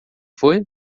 foi